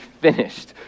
finished